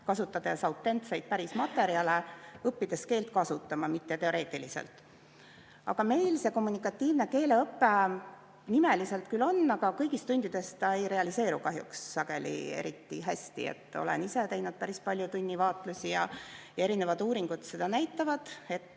kasutades autentseid, päris materjale, õppides keelt kasutama, mitte teoreetiliselt. Meil see kommunikatiivne keeleõpe nimeliselt küll on, aga kõigis tundides ta kahjuks sageli ei realiseeru eriti hästi. Olen ise teinud päris palju tunnivaatlusi ja erinevad uuringud näitavad,